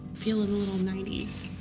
feeling a little ninety s.